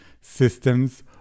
systems